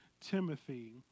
Timothy